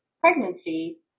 pregnancy